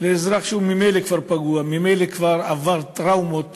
לאזרח שהוא ממילא כבר פגוע, ממילא כבר עבר טראומות